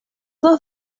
dos